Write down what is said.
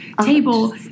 table